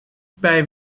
bij